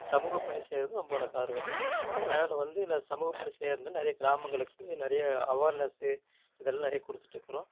சமூக பணி செய்யறது ரொம்ப எனக்கு ஆர்வந்தான் அதனால் வந்து நான் சமூக பணி செய்யறதுனால நிறைய கிராமங்களுக்கு நிறைய அவார்னஸு இதெல்லாம் நிறைய கொடுத்துட்டு இருக்கிறோம்